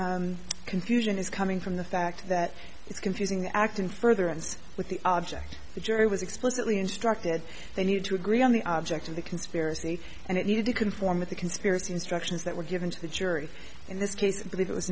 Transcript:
the confusion is coming from the fact that it's confusing acting further and with the object the jury was explicitly instructed they need to agree on the object of the conspiracy and it needed to conform with the conspiracy instructions that were given to the jury in this case but it was